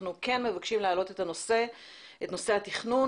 אנחנו כן מבקשים להעלות לסדר היום את נושא התכנון